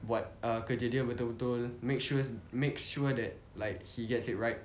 buat ah kerja dia betul-betul make sure make sure that like he gets it right